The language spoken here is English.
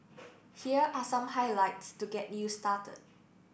here are some highlights to get you started